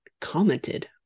commented